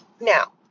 Now